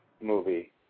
movie